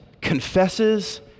confesses